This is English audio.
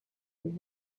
that